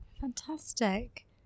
Fantastic